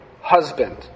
husband